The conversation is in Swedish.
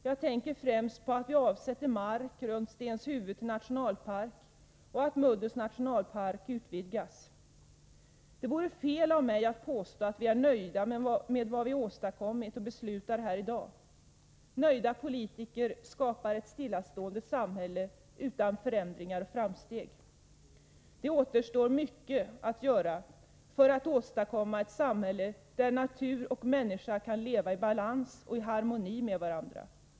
Jag tänker främst på att vi avsätter mark runt Stenshuvud till nationalpark och att Muddus nationalpark utvidgas. Det vore fel av mig att påstå att vi är nöjda med vad vi åstadkommit och skall besluta om i dag. Nöjda politiker skapar ett stillastående samhälle utan förändringar och framsteg. Mycket återstår att göra för att åstadkomma ett samhälle där natur och människa kan leva i balans och i harmoni med varandra.